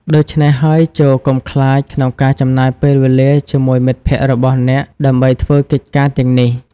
ដូច្នេះហើយ ចូរកុំខ្លាចក្នុងការចំណាយពេលវេលាជាមួយមិត្តភក្តិរបស់អ្នកដើម្បីធ្វើកិច្ចការទាំងនេះ។